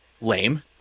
lame